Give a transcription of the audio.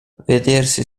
vedersi